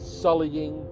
sullying